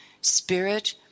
spirit